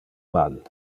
mal